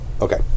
Okay